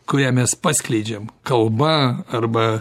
kurią mes paskleidžiam kalba arba